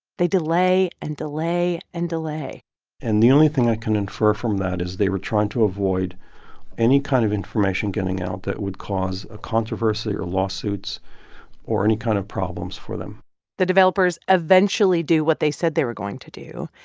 they delay and delay and delay and the only thing i can infer from that is they were trying to avoid any kind of information getting out that would cause a controversy or lawsuits or any kind of problems for them the developers eventually do what they said they were going to do.